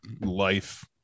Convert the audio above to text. life